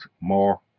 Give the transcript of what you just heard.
more